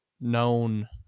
known